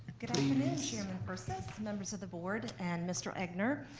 good afternoon, chairman persis, members of the board, and mr. egnor.